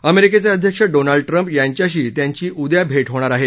अमेरिकेचे अध्यक्ष Donald Trump यांच्याशी त्यांची उद्या भे होणार हे